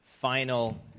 final